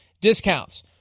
discounts